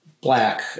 black